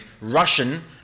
Russian